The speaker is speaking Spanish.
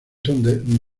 son